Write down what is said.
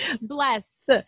Bless